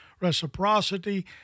reciprocity